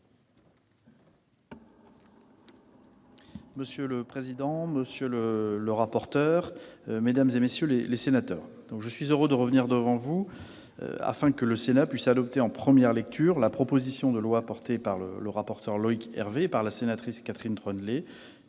Monsieur le président, monsieur le rapporteur, mesdames, messieurs les sénateurs, je suis heureux de revenir devant vous, afin que le Sénat puisse adopter en première lecture la proposition de loi défendue par le rapporteur Loïc Hervé et par la sénatrice Catherine Troendlé,